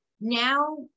now